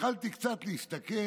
התחלתי קצת להסתכל.